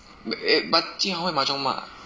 bu~ but eh jing hong 会 mahjong 吗